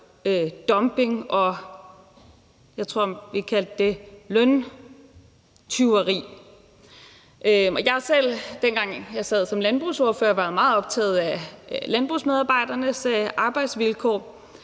landbrugsordfører, var jeg meget optaget af landbrugsmedarbejdernes arbejdsvilkår,